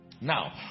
Now